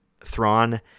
Thrawn